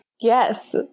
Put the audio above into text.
Yes